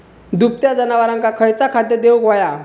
दुभत्या जनावरांका खयचा खाद्य देऊक व्हया?